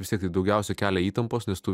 vis tiek tai daugiausia kelia įtampos nes tu